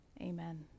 Amen